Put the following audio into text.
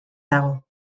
dago